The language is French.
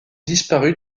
disparu